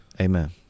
Amen